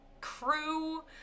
crew